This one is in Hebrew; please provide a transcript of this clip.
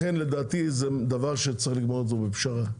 לכן לדעתי זה דבר שצריך לקבוע אותו בפשרה.